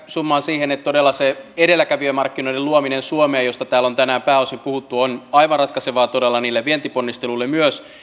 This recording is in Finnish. summaan siihen että se edelläkävijämarkkinoiden luominen suomeen josta täällä on tänään pääosin puhuttu on aivan ratkaisevaa todella niille vientiponnisteluille myös